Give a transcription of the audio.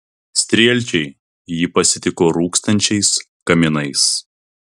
strielčiai jį pasitiko rūkstančiais kaminais